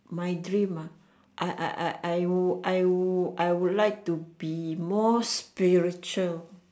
my dream ah I I I I would I would I would like to be more spiritual